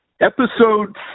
Episode